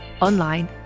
online